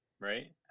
right